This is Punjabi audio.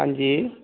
ਹਾਂਜੀ